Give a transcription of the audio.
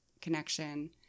connection